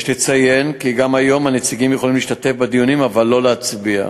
יש לציין כי גם היום הנציגים יכולים להשתתף בדיונים אבל לא להצביע.